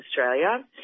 Australia